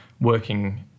working